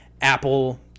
Apple